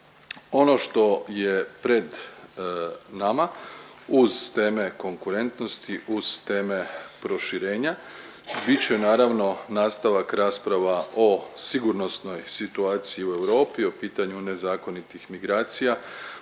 Ono što je pred nama uz teme konkurentnosti, uz teme proširenja, bit će naravno nastavak rasprava o sigurnosnoj situaciji u Europi, o pitanju nezakonitih migracija,